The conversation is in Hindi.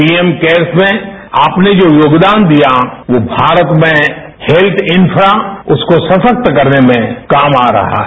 पीएम केयर्स में आपने जो योगदान दिया वो भारत में हेल्थ इन्फ्रा उसको सशक्त करने में काम आ रहा है